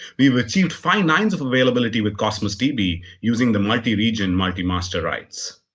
we've achieved five nines of availability with cosmos db using the multi-region multi-master rights.